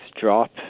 drop